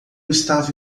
estava